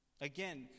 Again